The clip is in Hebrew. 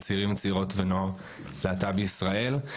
וזה צעירים וצעירות ונוער להט"ב בישראל.